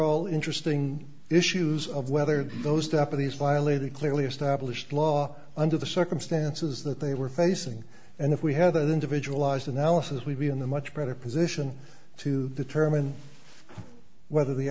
all interesting issues of whether those type of these violate a clearly established law under the circumstances that they were facing and if we had that individual eyes analysis we'd be in the much better position to determine whether the